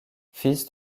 fils